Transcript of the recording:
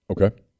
Okay